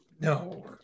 no